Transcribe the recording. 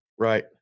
Right